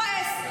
אל תתבאס.